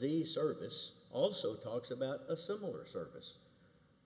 these service also talks about a similar service